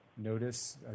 notice